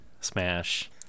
Smash